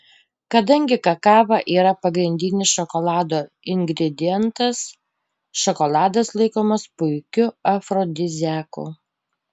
kadangi kakava yra pagrindinis šokolado ingredientas šokoladas laikomas puikiu afrodiziaku